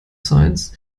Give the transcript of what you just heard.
science